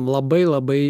labai labai